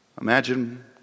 Imagine